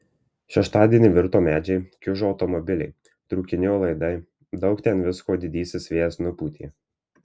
šeštadienį virto medžiai kiužo automobiliai trūkinėjo laidai daug ten visko didysis vėjas nupūtė